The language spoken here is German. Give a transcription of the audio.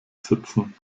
sitzen